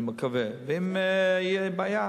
אם תהיה בעיה